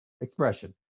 expression